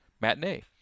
matinee